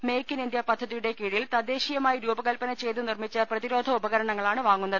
make in India പദ്ധതിയുടെ കീഴിൽ തദ്ദേശീയമായി രൂപകൽപ്പന ചെയ്ത് നിർമ്മിച്ച പ്രതിരോധ ഉപകരണങ്ങളാണ് വാങ്ങുന്നത്